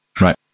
right